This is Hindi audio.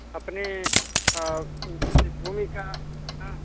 अपने जिस भूमि का हाँ